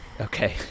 Okay